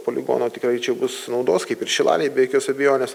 poligono tikrai čia bus naudos kaip ir šilalei be jokios abejonės